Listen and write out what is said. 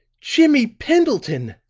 jimmie pendleton!